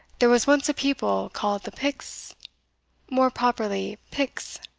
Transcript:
there was once a people called the piks more properly picts,